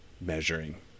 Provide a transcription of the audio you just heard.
measuring